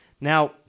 Now